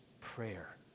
prayer